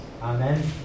Amen